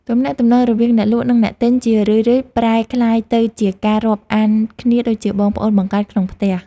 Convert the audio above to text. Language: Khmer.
ទំនាក់ទំនងរវាងអ្នកលក់និងអ្នកទិញជារឿយៗប្រែក្លាយទៅជាការរាប់អានគ្នាដូចជាបងប្អូនបង្កើតក្នុងផ្ទះ។